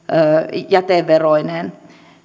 jäteveroineen